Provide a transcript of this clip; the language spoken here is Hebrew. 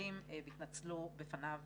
למשרדים ויתנצלו בפניו